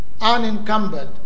unencumbered